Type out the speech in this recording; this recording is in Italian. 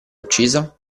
uccisa